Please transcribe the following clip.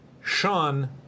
Sean